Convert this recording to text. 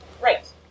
Right